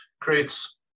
creates